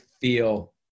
feel